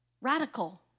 Radical